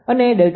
તેથી તે 0